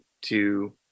to-